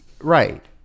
Right